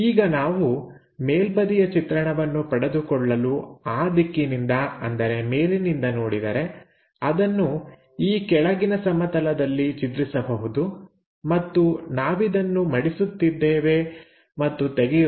ಈಗ ನಾವು ಮೇಲ್ಬದಿಯ ಚಿತ್ರಣವನ್ನು ಪಡೆದುಕೊಳ್ಳಲು ಆ ದಿಕ್ಕಿನಿಂದ ಅಂದರೆ ಮೇಲಿನಿಂದ ನೋಡಿದರೆ ಅದನ್ನು ಈ ಕೆಳಗಿನ ಸಮತಲದಲ್ಲಿ ಚಿತ್ರಿಸಬಹುದು ಮತ್ತು ನಾವಿದನ್ನು ಮಡಿಸುತ್ತಿದ್ದೇವೆ ಮತ್ತು ತೆಗೆಯುತ್ತೇವೆ ನಂತರ ಈ ರೇಖೆ ಮತ್ತು ಕೆಳಗಿನದು ಸೇರುತ್ತದೆ